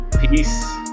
Peace